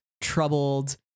troubled